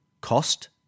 cost